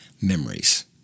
memories